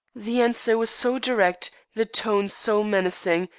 the answer was so direct, the tone so menacing,